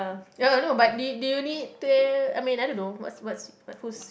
uh no but do you do you need to I mean I don't know what's what's what who's